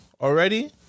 already